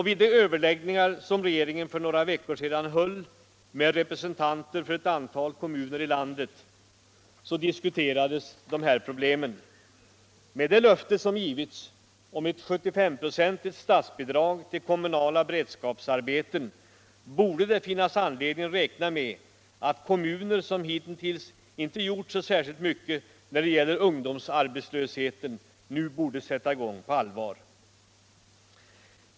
Vid de överläggningar som regeringen för några veckor sedan höll med representanter för ett antal kommuner i landet diskuterades de här problemen. Med det löfte som givits om ett 75 procentigt statsbidrag till kommunala beredskapsarbeten borde det finnas anledning att räkna med att kommuner som hitintills inte gjort särskilt mycket åt ungdomsarbetslösheten nu borde sätta i gång med det på allvar.